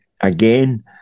again